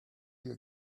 you